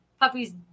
puppies